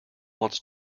wants